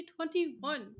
2021